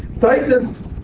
Titus